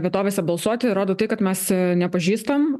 vietovėse balsuoti rodo tai kad mes nepažįstam